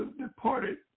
departed